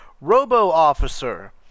robo-officer